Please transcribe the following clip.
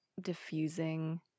diffusing